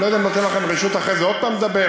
אני לא יודע אם ייתן לכם רשות אחרי זה עוד פעם לדבר,